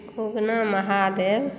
Ugna Mahadev